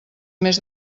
més